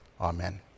Amen